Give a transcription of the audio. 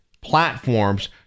platforms